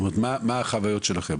מה החוויות שלכם?